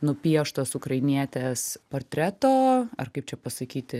nupieštos ukrainietės portreto ar kaip čia pasakyti